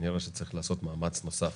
וכנראה שצריך לעשות מאמץ נוסף